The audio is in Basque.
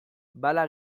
bala